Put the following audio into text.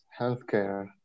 healthcare